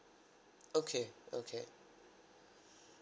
okay okay